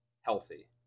healthy